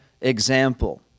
example